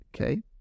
Okay